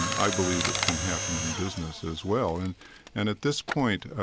and i believe it can happen in business as well. and and at this point,